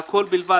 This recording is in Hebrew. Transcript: והכול בלבד